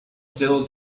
still